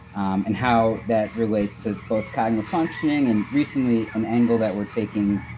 um and how that relates to both cognitive functioning. and recently an angle that we're taking,